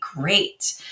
great